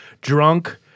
drunk